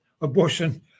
abortion